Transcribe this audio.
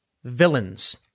villains